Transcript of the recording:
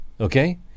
Okay